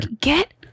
get